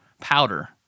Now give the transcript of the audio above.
powder